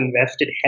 invested